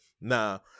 now